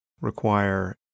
require